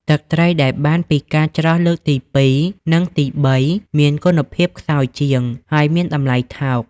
ទឹកត្រីដែលបានពី ការច្រោះ លើកទីពីរ និងទីបីមានគុណភាពខ្សោយជាង ហើយមានតម្លៃថោក។